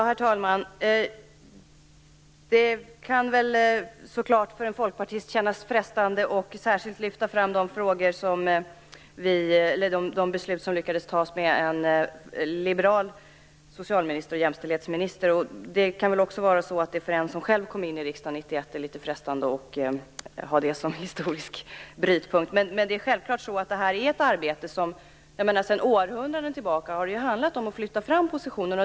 Herr talman! Det kan så klart för en folkpartist kännas frestande att särskilt lyfta fram de beslut som lyckades fattas med en liberal socialminister och jämställdhetsminister. Det kan också vara så att det för den som 1991 kom in i riksdagen är frestande att ha det som en historisk brytpunkt. Sedan århundraden tillbaka har det ju handlat om att flytta fram positionerna.